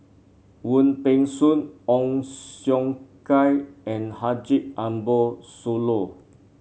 Wong Peng Soon Ong Siong Kai and Haji Ambo Sooloh